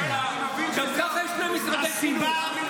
אם זה בשביל משרדי הממשלה.